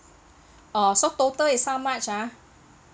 oh so total is how much ah